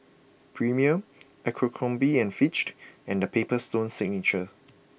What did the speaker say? Premier Abercrombie and Fitch and The Paper Stone Signature